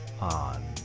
on